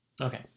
Okay